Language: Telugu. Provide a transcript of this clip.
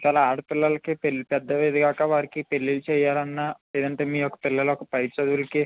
చాలా ఆడపిల్లలకి పెళ్ళి పెద్ద ఎదిగాకా వారికి పెళ్ళిళ్ళు చెయ్యాలన్నా లేదంటే మీయొక్క పిల్లలకి పై చదువులకి